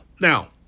Now